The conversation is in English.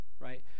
right